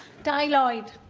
dai lloyd